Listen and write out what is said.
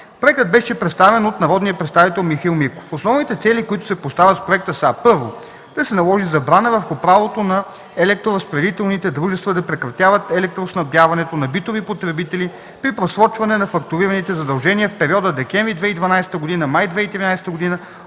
Проектът беше представен от народния представител Михаил Миков. Основните цели, които се поставят в проекта, са: Първо, да се наложи забрана върху правото на електроразпределителните дружества да прекратяват електроснабдяването на битови потребители при просрочване на фактурираните задължения в периода декември 2012 г. – май 2013 г.